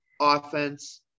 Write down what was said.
offense